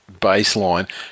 baseline